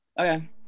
Okay